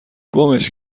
گمش